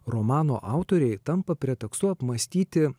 romano autorei tampa pretekstu apmąstyti